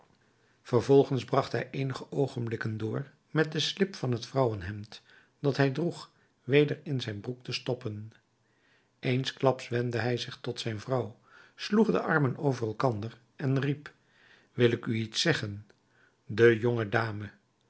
vervolgens bracht hij eenige oogenblikken door met de slip van het vrouwenhemd dat hij droeg weder in zijn broek te stoppen eensklaps wendde hij zich tot zijn vrouw sloeg de armen over elkander en riep wil ik u iets zeggen de